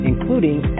including